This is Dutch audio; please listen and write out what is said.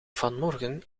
vanmorgen